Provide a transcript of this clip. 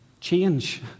change